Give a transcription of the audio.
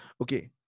Okay